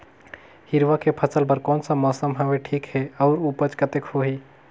हिरवा के फसल बर कोन सा मौसम हवे ठीक हे अउर ऊपज कतेक होही?